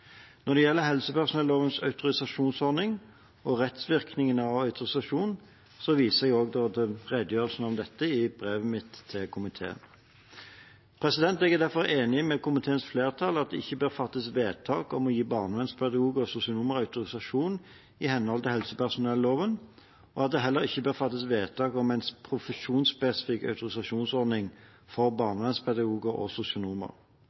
Når det gjelder helsepersonellovens autorisasjonsordning og rettsvirkningene av autorisasjon, viser jeg til redegjørelsen om dette i brevet mitt til komiteen. Jeg er derfor enig med komiteens flertall i at det ikke bør fattes vedtak om å gi barnevernspedagoger og sosionomer autorisasjon i henhold til helsepersonelloven, og at det heller ikke bør fattes vedtak om en profesjonsspesifikk autorisasjonsordning for barnevernspedagoger og sosionomer.